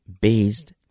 based